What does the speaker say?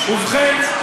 ובכן,